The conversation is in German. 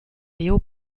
leo